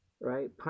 right